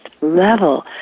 level